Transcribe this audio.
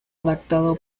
adaptado